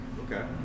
Okay